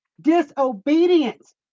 disobedience